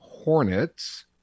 Hornets